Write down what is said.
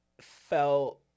felt